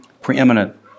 preeminent